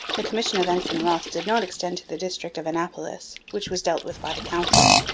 the commission of ensign wroth did not extend to the district of annapolis, which was dealt with by the council.